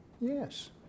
Yes